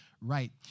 right